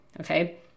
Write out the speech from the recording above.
Okay